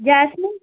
jasmine